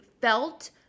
felt